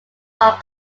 are